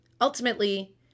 ultimately